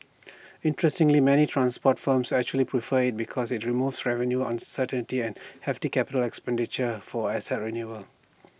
interestingly many transport firms actually prefer IT because IT removes revenue uncertainty and hefty capital expenditure for asset renewal